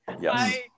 yes